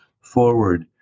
forward